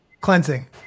cleansing